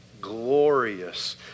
glorious